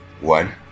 One